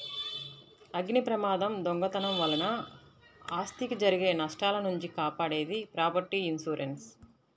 అగ్నిప్రమాదం, దొంగతనం వలన ఆస్తికి జరిగే నష్టాల నుంచి కాపాడేది ప్రాపర్టీ ఇన్సూరెన్స్